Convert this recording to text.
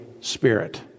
Spirit